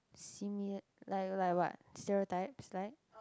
similarities~ like like like what stereotypes like